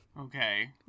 Okay